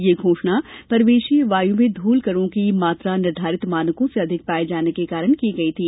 यह घोषणा परिवेशीय वायू में धूल कणों की मात्रा निधारित मानकों से अधिक पाये जाने के कारण की गई थी